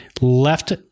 left